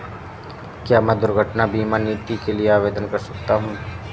क्या मैं दुर्घटना बीमा नीति के लिए आवेदन कर सकता हूँ?